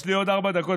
יש לי פה עוד ארבע דקות,